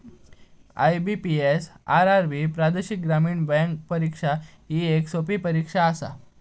IBPS, RRB प्रादेशिक ग्रामीण bank परीक्षा ही येक सोपी परीक्षा आसा